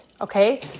Okay